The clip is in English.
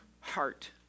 heart